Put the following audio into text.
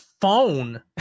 phone